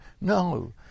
No